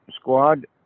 squad